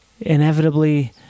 inevitably